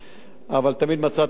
והגענו ליום הזה.